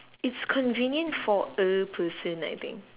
it's convenient for a person I think